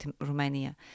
Romania